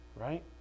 Right